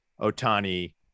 Otani